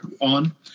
on